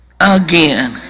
Again